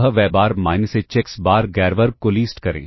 वह y बार minus h x बार गैर वर्ग को लीस्ट करें